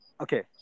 okay